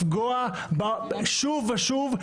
לפגוע בה שוב ושוב,